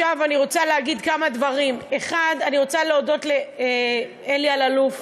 אני רוצה להגיד כמה דברים: 1. אני רוצה להודות לאלי אלאלוף,